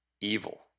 evil